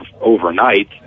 overnight